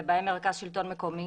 ובהם מרכז שלטון מקומי,